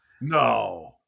No